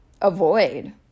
avoid